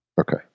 Okay